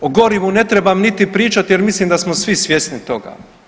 O gorivu ne trebam niti pričati jer mislim da smo svi svjesni toga.